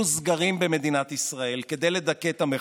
סגרים במדינת ישראל כדי לדכא את המחאה.